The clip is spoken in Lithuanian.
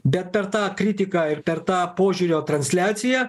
bet per tą kritiką ir per tą požiūrio transliaciją